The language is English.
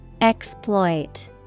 Exploit